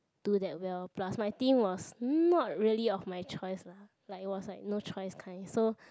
do that well plus my team was not really of my choice lah like it was no choice kind so